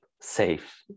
safe